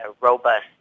robust